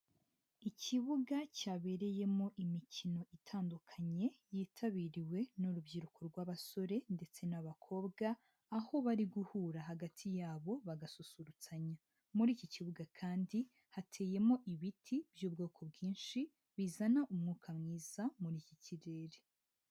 Ikibuga cyabereyemo imikino itandukanye, yitabiriwe n'urubyiruko rw'abasore ndetse n'abakobwa, aho bari guhura hagati yabo bagasusurutsanya. Muri iki kibuga kandi, hateyemo ibiti by'ubwoko bwinshi, bizana umwuka mwiza muri iki kirere.